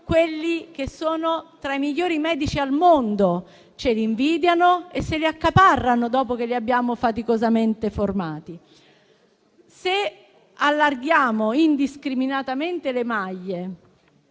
quelli che sono tra i migliori medici al mondo. Ce li invidiano e se li accaparrano, dopo che li abbiamo faticosamente formati. Se allarghiamo indiscriminatamente le maglie,